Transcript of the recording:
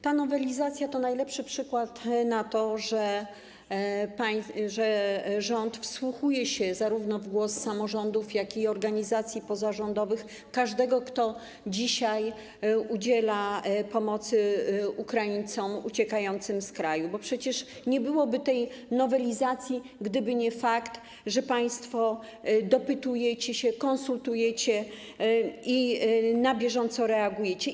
Ta nowelizacja to najlepszy przykład na to, że rząd wsłuchuje się w głos zarówno samorządów, jak i organizacji pozarządowych, każdego, kto dzisiaj udziela pomocy Ukraińcom uciekającym z kraju, bo przecież nie byłoby tej nowelizacji, gdyby nie fakt, że państwo dopytujecie się, konsultujecie i na bieżąco reagujecie.